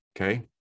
Okay